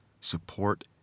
support